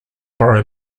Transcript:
borrow